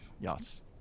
Yes